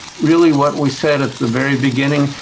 really what we said at the very beginning,